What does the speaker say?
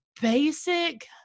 basic